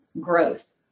growth